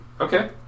okay